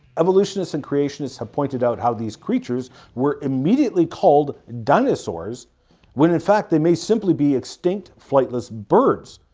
evolutionists and creationists have pointed out how these creatures were immediately called dinosaurs when in fact they may simply be extinct flightless birds!